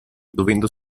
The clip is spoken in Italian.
dovendo